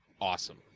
awesome